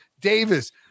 Davis